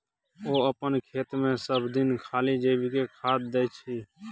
ओ अपन खेतमे सभदिन खाली जैविके खाद दै छै